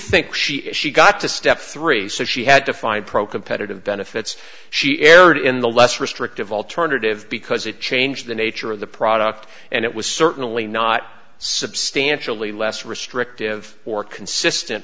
think she is she got to step three so she had to find pro competitive benefits she erred in the less restrictive alternative because it changed the nature of the product and it was certainly not substantially less restrictive or consistent